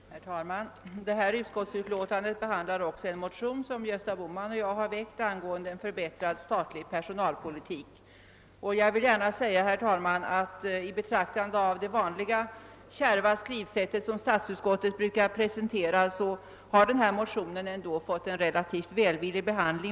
Herr talman! I detta utskottsutlåtande behandlas också en motion som Gösta Bohman och jag har väckt angående en förbättrad statlig personalpolitik. I betraktande av det vanliga kärva skrivsätt som statsutskottet brukar prestera måste jag säga att motionen ändå har fått en relativt välvillig behandling.